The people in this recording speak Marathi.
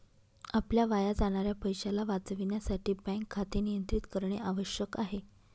आपल्या वाया जाणाऱ्या पैशाला वाचविण्यासाठी बँक खाते नियंत्रित करणे आवश्यक आहे